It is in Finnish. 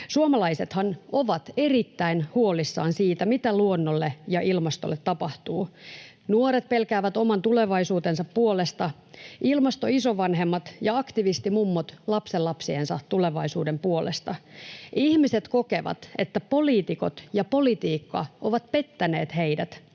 Suomalaisethan ovat erittäin huolissaan siitä, mitä luonnolle ja ilmastolle tapahtuu. Nuoret pelkäävät oman tulevaisuutensa puolesta, Ilmastoisovanhemmat ja Aktivistimummot lapsenlapsiensa tulevaisuuden puolesta. Ihmiset kokevat, että poliitikot ja politiikka ovat pettäneet heidät,